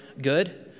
good